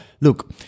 look